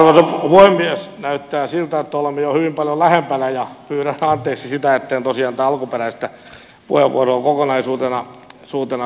näyttää siltä että olemme jo hyvin paljon lähempänä ja pyydän anteeksi sitä etten tosiaan tätä alkuperäistä puheenvuoroa kokonaisuutena kuullut